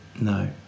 no